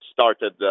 started